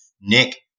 Nick